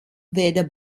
weder